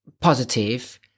positive